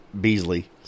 Beasley